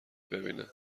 ببینن